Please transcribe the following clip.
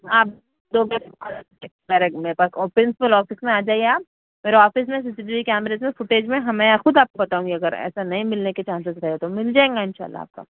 آپ دو بجے میرے پاس پرنسپل آفس میں آ جائیے آپ میرے آفس میں C C T V cameras میں فوٹیج میں ہمیں خود آپ کو بتاؤں گی اگر ایسا نہیں مِلنے کے چانسز رہے تو مِل جائیں گا اِنشاء اللہ آپ کا